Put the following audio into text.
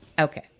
Okay